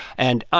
and,